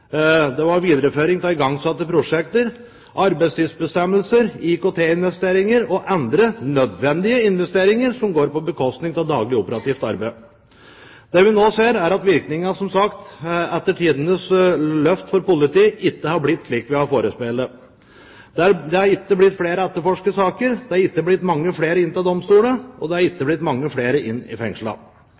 det var videreføring av igangsatte prosjekter, arbeidstidsbestemmelser, IKT-investeringer og andre nødvendige investeringer som gikk på beskostning av daglig operativt arbeid. Det vi nå ser, er, som sagt, at virkningen etter tidenes løft for politiet ikke har blitt slik vi ble forespeilet. Det har ikke blitt etterforsket flere saker, det har ikke blitt brakt mange flere inn til domstolene, og det har ikke blitt mange flere i fengslene.